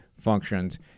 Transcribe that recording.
functions